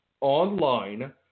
online